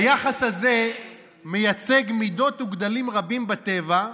היחס הזה מייצג מידות וגדלים רבים בטבע,